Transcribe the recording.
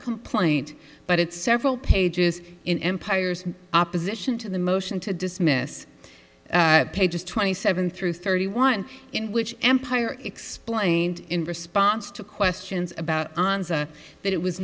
complaint but it's several pages in empire's opposition to the motion to dismiss pages twenty seven through thirty one in which empire explained in response to questions about that it was